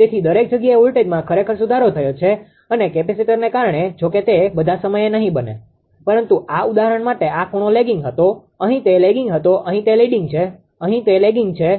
તેથી દરેક જગ્યાએ વોલ્ટેજમાં ખરેખર સુધારો થયો છે અને કેપેસિટરને કારણે જો કે તે બધા સમયે નહિ બને પરંતુ આ ઉદાહરણ માટે આ ખૂણો લીડીંગ હતો અહીં તે લેગીંગ હતો અહીં તે લીડીંગ છે અહીં તે લેગીંગ છે